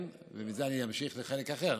עם זה, אני אמשיך לחלק אחר: